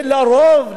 ולרוב,